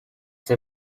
they